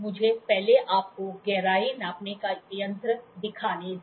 मुझे पहले आपको गहराई नापने का यंत्र दिखाने दे